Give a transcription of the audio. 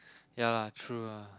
ya lah true lah